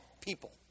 people